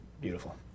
beautiful